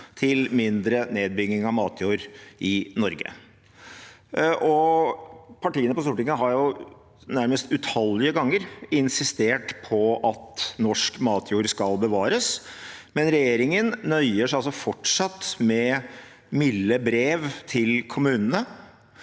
til mindre nedbygging av matjord i Norge. Partiene på Stortinget har jo nærmest utallige ganger insistert på at norsk matjord skal bevares, men regjeringen nøyer seg altså fortsatt med milde brev til kommunene